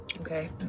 Okay